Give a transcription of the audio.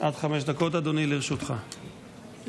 עד חמש דקות לרשותך, אדוני.